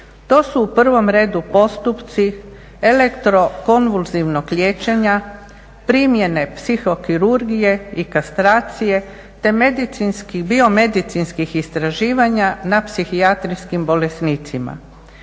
To su u prvom redu postupci elektrokonvulzivnog liječenja, primjene psihokirurgije i kastracije te medicinskih, biomedicinskih istraživanja na psihijatrijskim bolesnicima.